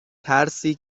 ترسی